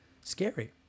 scary